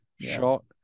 shot